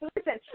Listen